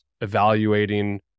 evaluating